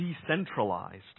decentralized